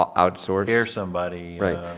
um outsource? hear somebody right,